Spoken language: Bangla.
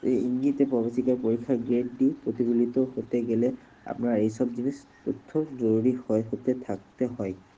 এই ইঙ্গিতে প্রবেশিকা পরীক্ষার গ্রেডটি প্রতিফলিত হতে গেলে আপনার এই সব জিনিস তথ্য জরুরী হয় হতে থাকতে হয়